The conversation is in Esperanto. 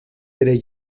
tre